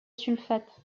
sulfate